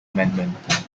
amendment